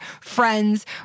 friends